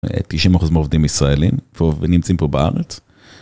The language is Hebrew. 90% מהעובדים ישראלים ונמצאים פה בארץ.